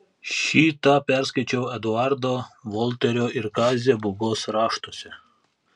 šį tą perskaičiau eduardo volterio ir kazio būgos raštuose